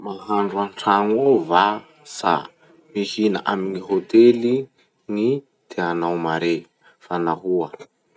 Mahandro antrano ao va sa mihina amy gny hotely gny tianao mare? Fa nahoa?